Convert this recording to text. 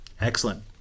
Excellent